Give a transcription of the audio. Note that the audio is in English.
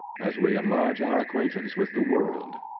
as we enlarge our acquaintance with the world.